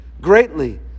greatly